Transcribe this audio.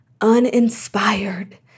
uninspired